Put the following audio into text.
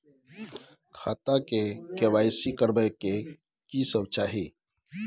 खाता के के.वाई.सी करबै में की सब चाही?